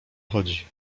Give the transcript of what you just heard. chodzi